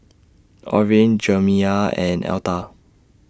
Orene Jerimiah and Elta